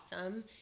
awesome